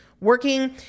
working